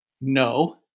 no